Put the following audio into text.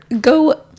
go